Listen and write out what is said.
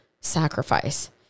sacrifice